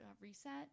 reset